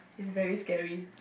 is very scary